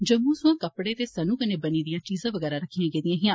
जम्मू सोयां कपजे ते सन्नु कन्नै बनी दियां चीजां बगैरा रक्खियां गेदयिां हियां